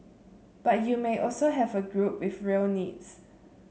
but you may also have a group with real needs